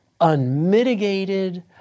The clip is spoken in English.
unmitigated